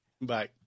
Bye